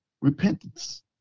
repentance